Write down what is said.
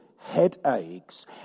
headaches